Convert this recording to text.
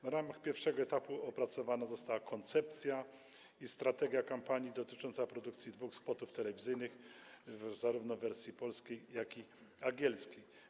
W ramach pierwszego etapu opracowana została koncepcja i strategia kampanii dotycząca produkcji dwóch spotów telewizyjnych zarówno w wersji polskiej, jak i angielskiej.